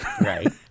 Right